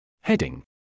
Heading